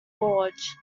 gorge